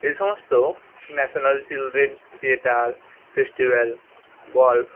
এই সমস্ত national children's theatre festival golf